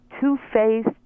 two-faced